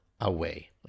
away